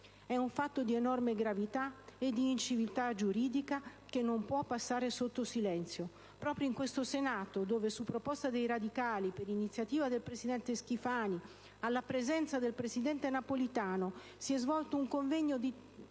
È un fatto di enorme gravità e di inciviltà giuridica, che non può passare sotto silenzio. Proprio in questo Senato dove, su proposta dei radicali, per iniziativa del presidente Schifani, alla presenza del presidente Napolitano, si è svolto un convegno